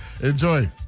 Enjoy